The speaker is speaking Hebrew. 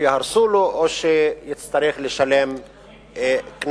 ויהרסו לו או שהוא יצטרך לשלם קנסות.